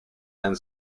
and